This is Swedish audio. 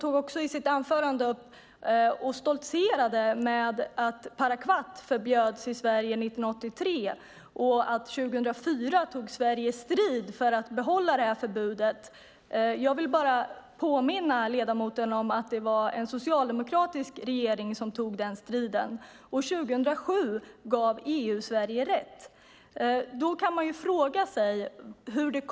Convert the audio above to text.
I sitt anförande stoltserade ledamoten med att parakvat förbjöds i Sverige 1983 och att Sverige 2004 tog strid för att behålla förbudet. Jag vill påminna ledamoten om att det var en socialdemokratisk regering som tog den striden, och 2007 gav EU Sverige rätt.